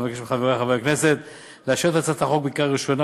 אבקש מחברי חברי הכנסת לאשר את הצעת החוק בקריאה ראשונה